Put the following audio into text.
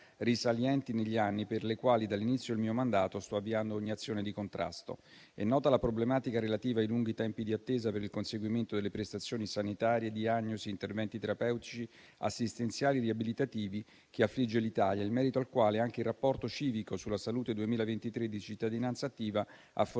risalenti negli anni, per le quali dall'inizio del mio mandato sto avviando ogni azione di contrasto. È nota la problematica relativa ai lunghi tempi di attesa per il conseguimento di prestazioni sanitarie, diagnosi, interventi terapeutici, assistenziali e riabilitativi che affligge l'Italia, in merito al quale anche il Rapporto civico sulla salute 2023 di Cittadinanzattiva ha fornito